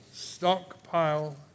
stockpile